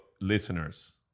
listeners